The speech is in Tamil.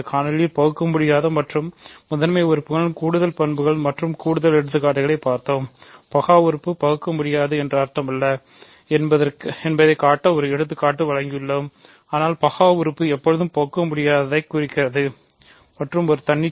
இந்த காணொளியில் பகுக்கமுடியாத மி